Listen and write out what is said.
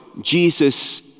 Jesus